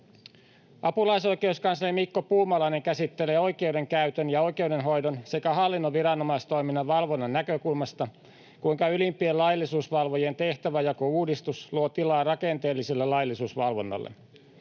Apulaisoikeuskansleri Mikko Puumalainen käsittelee oikeudenkäytön ja oikeudenhoidon sekä hallinnon viranomaistoiminnan valvonnan näkökulmasta, kuinka ylimpien laillisuusvalvojien tehtäväjakouudistus luo tilaa rakenteelliselle laillisuusvalvonnalle.